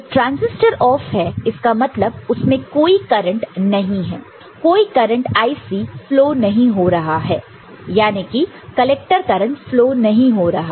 जब transistor off है इसका मतलब उसमें कोई करंट नहीं है कोई करंट IC फ्लो नहीं हो रहा यानी कलेक्टर करंट फ्लो नहीं हो रहा